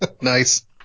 nice